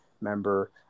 member